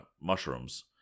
mushrooms